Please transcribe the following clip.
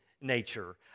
nature